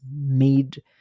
made